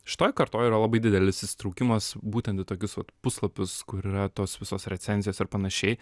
šitoj kartoj yra labai didelis įsitraukimas būtent į tokius vat puslapius kur yra tos visos recenzijos ir panašiai